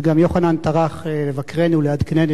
וגם יוחנן טרח לבקרני ולעדכנני,